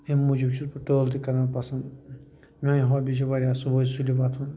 اَمہِ موٗجوٗب چھُس بہٕ ٹٲل تہِ کران پَسنٛد میٛانہِ ہابِی چھِ واریاہ اَصٕل صُبحٲے سُلہِ وۅتُھن